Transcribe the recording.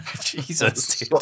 Jesus